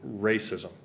racism